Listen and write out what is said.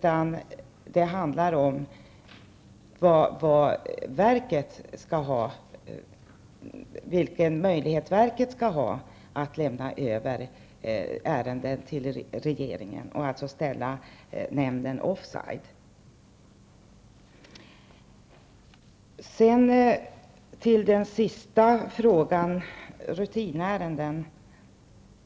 Vad det handlar om är verkets möjligheter att lämna över ärenden till regeringen och alltså ställa nämnden off side.